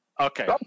Okay